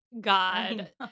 God